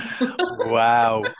wow